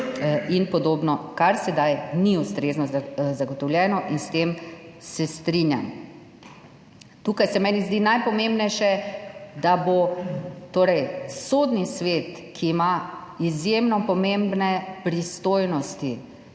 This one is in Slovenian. in podobno, kar sedaj ni ustrezno zagotovljeno, in s tem se strinjam. Tukaj se meni zdi najpomembnejše, da bo Sodni svet, ki ima izjemno pomembne pristojnosti,